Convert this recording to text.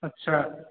अच्छा